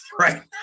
Right